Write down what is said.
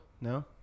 No